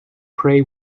prey